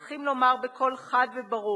צריכים לומר בקול חד וברור,